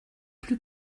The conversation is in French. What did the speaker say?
plus